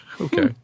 Okay